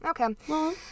Okay